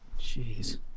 Jeez